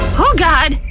oh god!